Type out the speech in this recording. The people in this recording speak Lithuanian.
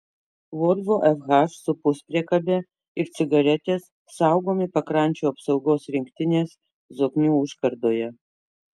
volvo fh su puspriekabe ir cigaretės saugomi pakrančių apsaugos rinktinės zoknių užkardoje